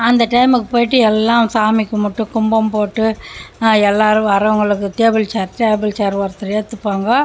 அந்த டைமிற்கு போயிட்டு எல்லாம் சாமி கும்பிட்டு கும்பம் போட்டு எல்லாரும் வரவங்களுக்கு டேபிள் சேர் டேபிள் சேர் ஒருத்தர் ஏற்றுப்பாங்கோ